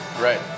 Right